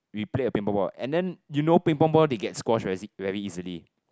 we play a Ping Pong ball and then you know Ping Pong ball they get squash very very easily